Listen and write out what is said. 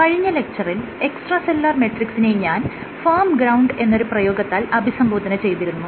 കഴിഞ്ഞ ലെക്ച്ചറിൽ extra cellular മെട്രിക്സിനെ ഞാൻ ഫേർമ് ഗ്രൌണ്ട് എന്നൊരു പ്രയോഗത്താൽ അഭിസംബോധന ചെയ്തിരുന്നു